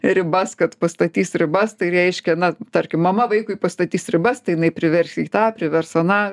ribas kad pastatys ribas tai reiškia na tarkim mama vaikui pastatys ribas tai jinai privers jį tą privers aną